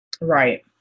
Right